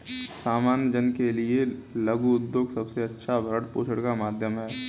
सामान्य जन के लिये लघु उद्योग सबसे अच्छा भरण पोषण का माध्यम है